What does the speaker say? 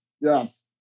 yes